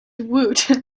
woot